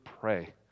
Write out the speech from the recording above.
pray